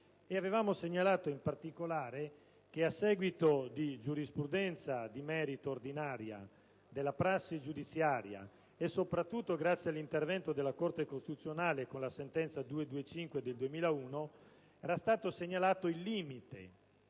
avevamo segnalato in particolare che, a seguito di giurisprudenza di merito ordinaria, della prassi giudiziaria e soprattutto grazie all'intervento della Corte costituzionale con la sentenza n. 225 del 2001, era stato segnalato il limite